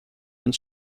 and